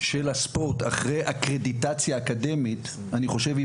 של הספורט אחרי הקרדיטציה האקדמית, אני חושב היא